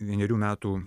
vienerių metų